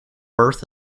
birth